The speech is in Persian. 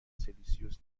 سلسیوس